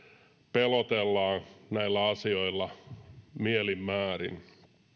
pelotellaan näillä asioilla mielin määrin